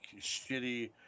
shitty